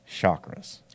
chakras